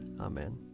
Amen